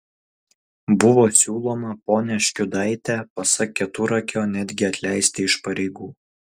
buvo siūloma ponią škiudaitę pasak keturakio netgi atleisti iš pareigų